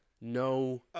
No